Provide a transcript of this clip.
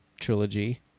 trilogy